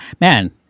Man